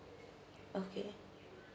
okay